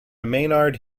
maynard